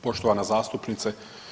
Poštovana zastupnice.